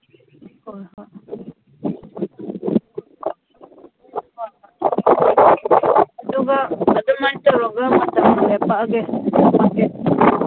ꯍꯣꯏ ꯍꯣꯏ ꯑꯗꯨꯒ ꯑꯗꯨꯃꯥꯏ ꯇꯧꯔꯒ ꯃꯇꯝ ꯂꯦꯞꯄꯛꯑꯒꯦ ꯊꯝꯃꯒꯦ